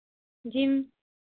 जी